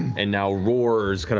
and now roars.